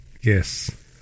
Yes